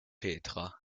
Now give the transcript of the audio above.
petra